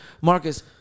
Marcus